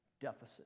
deficit